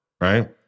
Right